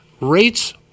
rates